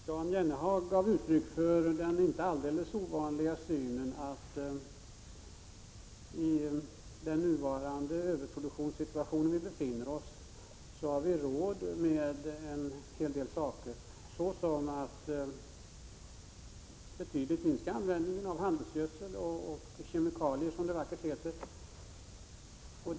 Herr talman! Jan Jennehag gav uttryck för den inte alldeles ovanliga synen att vi i nuvarande situation med överproduktion inom jordbruket skulle ha råd med en hel del saker, t.ex. att betydligt minska användningen av handelsgödsel och kemikalier, som det så vackert heter.